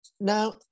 Now